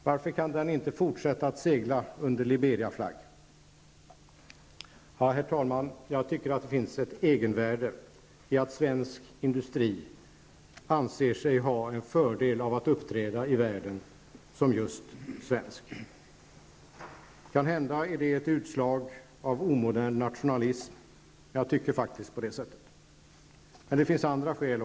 Varför kan den inte fortsätta att segla under Liberiaflagg? Ja, herr talman, jag tycker att det finns ett egenvärde i att svensk industri anser sig ha en fördel av att uppträda i världen just som svensk. Kanhända är detta ett utslag av omodern nationalism, men jag tycker faktiskt så. Men det finns också andra skäl.